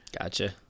Gotcha